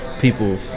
people